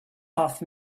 off